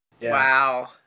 Wow